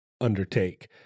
undertake